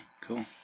cool